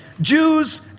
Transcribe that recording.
Jews